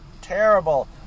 Terrible